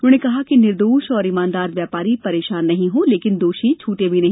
उन्होंने कहा कि निर्दोष और ईमानदार व्यापारी परेशान नहीं हों लेकिन दोषी छूटे भी नहीं